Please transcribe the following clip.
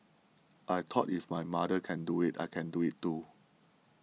I thought if my mother can do it I can do it too